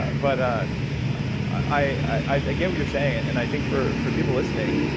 ah but ah i i get what you're saying. and and i think for for people listening,